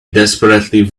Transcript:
desperately